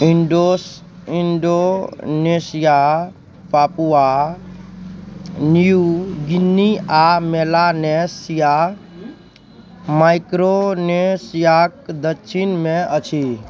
Indo Indonesia Papua New Guinea आओर Melanesia माइक्रोनेशिआके दच्छिनमे अछि